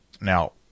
Now